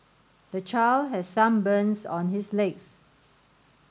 the child has some burns on his legs